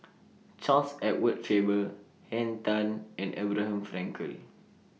Charles Edward Faber Henn Tan and Abraham Frankel